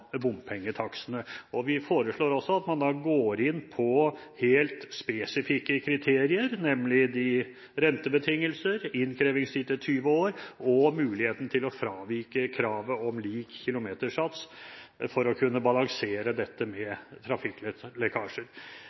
bompengetakstene. Vi foreslår også at man går inn på helt spesifikke kriterier, nemlig rentebetingelser, innkrevingstid til 20 år og muligheten til å fravike kravet om lik kilometersats for å kunne redusere trafikklekkasjer. Dette